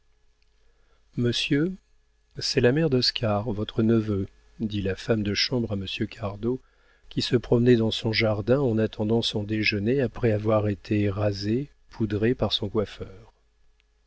monsieur c'est la mère d'oscar votre neveu dit la femme de chambre à monsieur cardot qui se promenait dans son jardin en attendant son déjeuner après avoir été rasé poudré par son coiffeur